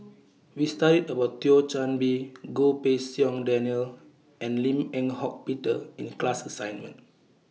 We studied about Thio Chan Bee Goh Pei Siong Daniel and Lim Eng Hock Peter in The class assignment